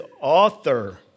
author